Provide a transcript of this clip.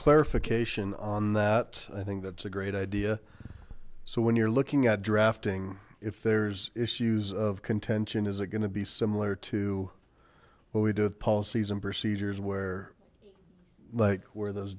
clarification on that i think that's a great idea so when you're looking at drafting if there's issues of contention is it going to be similar to what we do with policies and procedures where where those